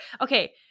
Okay